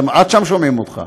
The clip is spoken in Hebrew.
עד שם שומעים אותך.